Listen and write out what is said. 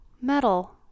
Metal